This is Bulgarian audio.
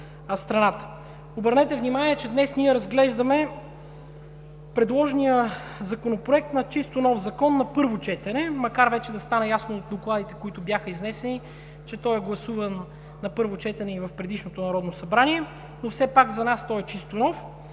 Обърнете внимание, днес разглеждаме предложения Законопроект, чисто нов закон на първо четене, макар вече да стана ясно от докладите, които бяха изнесени, че той е гласуван на първо четене и в предишното Народно събрание, но за нас все пак той е чисто нов.